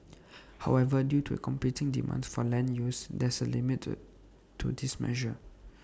however due to competing demands for land use there is A limit to this measure